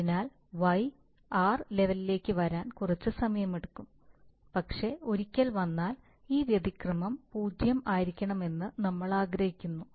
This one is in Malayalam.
അതിനാൽ y r ലെവലിലേക്ക് വരാൻ കുറച്ച് സമയമെടുക്കും പക്ഷേ ഒരിക്കൽ വന്നാൽ ഈ വ്യതിക്രമം 0 ആയിരിക്കണമെന്ന് നമ്മൾ ആഗ്രഹിക്കുന്നു